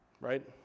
right